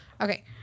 okay